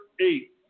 eight